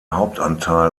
hauptanteil